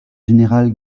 général